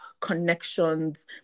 connections